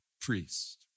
priest